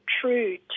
true